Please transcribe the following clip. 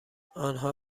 آنها